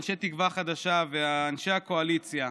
אנשי תקווה חדשה ואנשי הקואליציה,